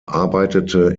arbeitete